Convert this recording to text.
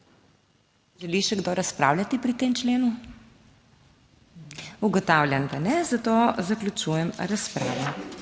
Želi še kdo razpravljati pri tem členu? Ugotavljam, da ne, zato zaključujem razpravo.